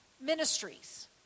ministries